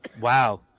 Wow